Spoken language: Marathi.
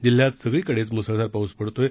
जिल्ह्यात सगळीकडेच मुसळधार पाऊस पडतोय